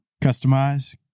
Customize